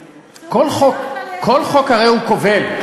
כל חוק, כל חוק הרי הוא כובל.